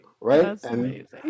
Right